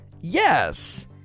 yes